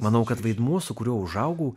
manau kad vaidmuo su kuriuo užaugau